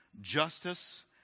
justice